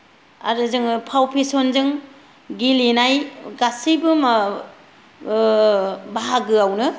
आरो जोङो फाव फेसनजों गेलेनाय गासिबो बाहागोआवनो